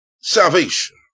salvation